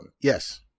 Yes